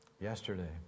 yesterday